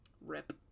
Rip